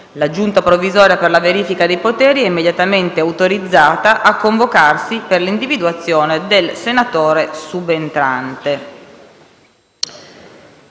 La Giunta provvisoria per la verifica dei poteri è immediatamente autorizzata a convocarsi per l'individuazione del senatore subentrante.